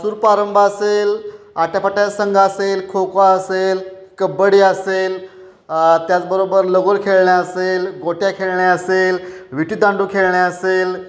सुरपारंब्या असेल आट्यापाट्या संघ असेल खो खो असेल कबड्डी असेल त्याचबरोबर लगोर खेळणे असेल गोट्या खेळणे असेल विटीदांडू खेळणे असेल